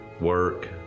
work